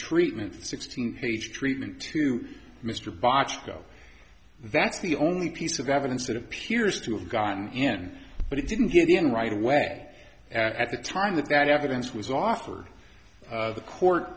treatment sixteen page treatment to mr bochco that's the only piece of evidence that appears to have gotten in but he didn't get in right away at the time that that evidence was offered the court